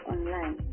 Online